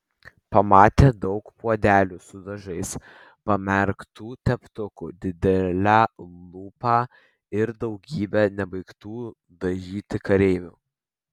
pamatė daug puodelių su dažais pamerktų teptukų didelę lupą ir daugybę nebaigtų dažyti kareivių